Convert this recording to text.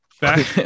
back